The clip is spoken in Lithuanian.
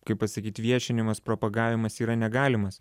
kaip pasakyti viešinimas propagavimas yra negalimas